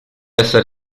esser